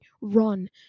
run